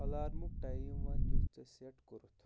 الارامُک time ون یُس ژےٚ سیٚٹ کورُتھ